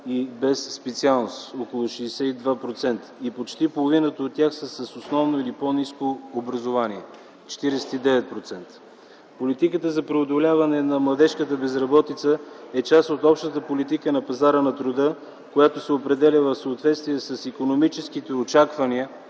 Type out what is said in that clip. и без специалност – около 62%, и почти половината от тях са с основно или по-ниско образование – 49%. Политиката за преодоляване на младежката безработица е част от общата политика на пазара на труда, която се определя в съответствие с икономическите очаквания